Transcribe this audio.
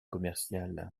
commerciale